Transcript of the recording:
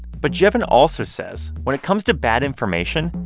but jevin also says when it comes to bad information,